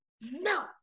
no